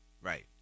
right